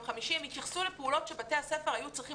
חמישי הן התייחסו לפעולות שבתי הספר היו צריכים